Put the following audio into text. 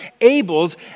Abel's